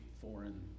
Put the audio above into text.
foreign